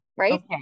right